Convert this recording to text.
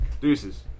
Deuces